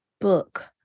book